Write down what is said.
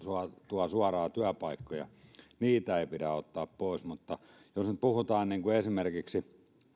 tuovat suoraan työpaikkoja ei pidä ottaa pois mutta jos nyt puhutaan esimerkiksi